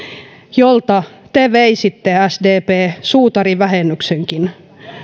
jolta te sdp veisitte suutarivähennyksenkin